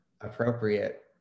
appropriate